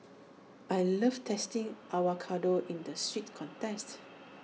I love tasting avocado in the sweet context